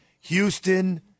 Houston